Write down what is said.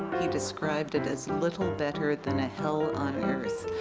he described it as little better than a hell on earth.